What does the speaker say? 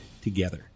together